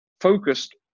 focused